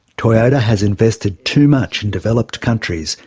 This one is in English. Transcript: toyota has invested too much in developed countries,